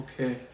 okay